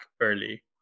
early